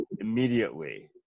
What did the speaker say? immediately